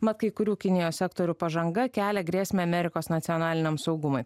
mat kai kurių kinijos sektorių pažanga kelia grėsmę amerikos nacionaliniam saugumui